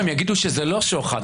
הם יגידו שזה לא שוחד.